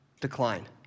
decline